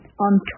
on